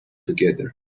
together